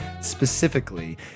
specifically